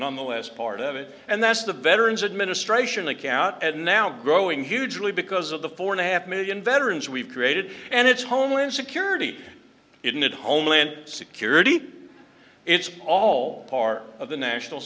nonetheless part of it and that's the veterans administration account and now growing hugely because of the four and a half million veterans we've created and it's homeland security isn't it homeland security it's all part of the national